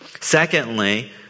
Secondly